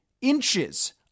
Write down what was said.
Inches